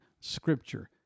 Scripture